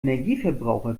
energieverbraucher